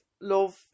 love